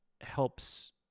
helps